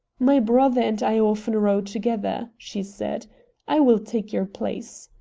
my brother and i often row together, she said i will take your place.